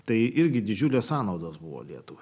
tai irgi didžiulės sąnaudos buvo lietuva